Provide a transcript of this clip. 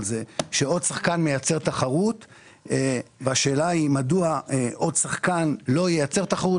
שעוד שחקן מייצר תחרות והשאלה היא מדוע עוד שחקן לא ייצר תחרות.